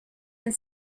and